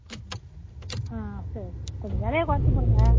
ம் ம் ஆ சரி கொஞ்சம் விலைய குறச்சி போடுங்க